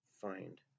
find